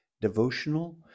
devotional